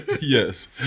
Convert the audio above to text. yes